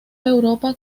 europa